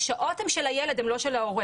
השעות הן של הילד, הן לא של ההורה.